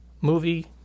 movie